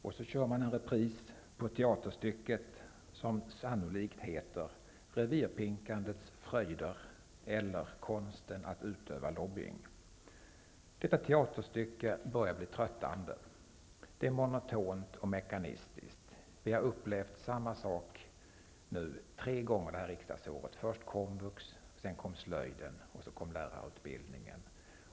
Sedan kör man en repris på det teaterstycke som sannolikt heter ''Revirpinkandets fröjder'' eller ''Konsten att utöva lobbying''. Detta teaterstycke börjar bli tröttande. Det är monotont och mekaniskt. Vi har upplevt samma sak tre gånger under detta riksdagsår: först komvux, sedan slöjden och nu lärarutbildningen.